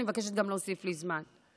אני מבקשת גם להוסיף לי זמן.